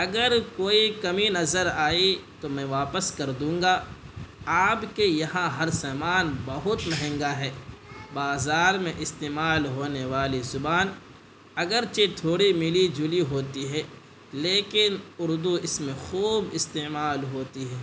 اگر کوئی کمی نظر آئی تو میں واپس کر دوں گا آپ کے یہاں ہر سامان بہت مہنگا ہے بازار میں استعمال ہونے والی زبان اگرچہ تھوڑی ملی جلی ہوتی ہے لیکن اردو اس میں خوب استعمال ہوتی ہے